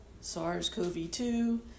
SARS-CoV-2